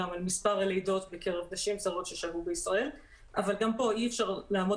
מספר הלידות בקרב נשים זרות ששהו בישראל אבל גם כאן אי אפשר לעמוד